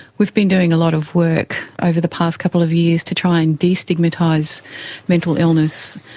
we've been doing a lot of work over the past couple of years to try and destigmatise mental illness,